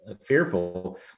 fearful